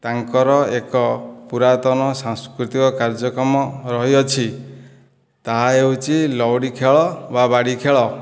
ତାଙ୍କର ଏକ ପୁରାତନ ସାଂସ୍କୃତିକ କାର୍ଯ୍ୟକ୍ରମ ରହିଅଛି ତାହା ହେଉଛି ଲଉଡ଼ି ଖେଳ ବା ବାଡ଼ି ଖେଳ